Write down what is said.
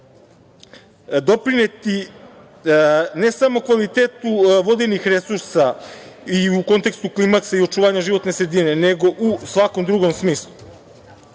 doprineti ne samo kvalitetu vodenih resursa i u kontekstu klima i očuvanja životne sredine, nego u svakom drugom smislu. Takođe,